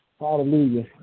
Hallelujah